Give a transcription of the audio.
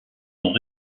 ont